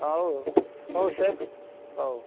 ହଉ ହଉ ସେ ହଉ